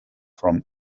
from